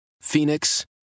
Phoenix